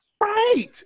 right